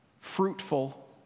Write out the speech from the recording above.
fruitful